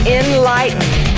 enlightened